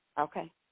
Okay